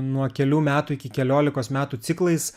nuo kelių metų iki keliolikos metų ciklais